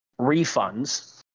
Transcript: refunds